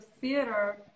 theater